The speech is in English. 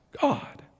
God